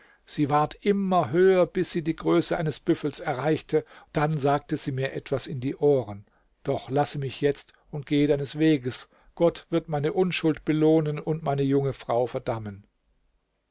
sie ward immer höher bis sie die größe eines büffels erreichte dann sagte sie mir etwas in die ohren doch lasse mich jetzt und gehe deines weges gott wird meine unschuld belohnen und meine junge frau verdammen